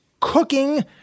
cooking